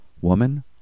Woman